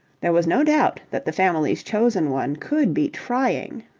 there was no doubt that the family's chosen one could be trying.